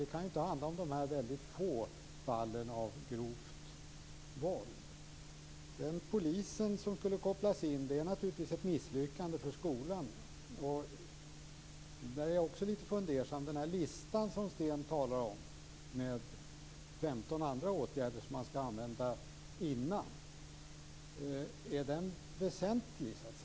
Det kan inte handla om de få fallen av grovt våld. Det är naturligtvis ett misslyckande för skolan när polisen måste kopplas in. Här är jag också lite fundersam. Sten Tolgfors talar om en lista om 15 andra åtgärder som skall vidtas innan polisen kopplas in.